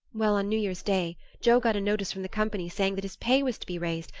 well, on new year's day joe got a notice from the company saying that his pay was to be raised,